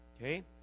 Okay